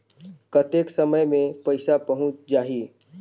कतेक समय मे पइसा पहुंच जाही?